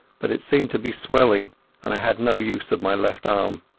but it seemed to be swelling and i had no use of my left arm.